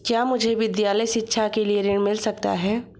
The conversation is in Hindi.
क्या मुझे विद्यालय शिक्षा के लिए ऋण मिल सकता है?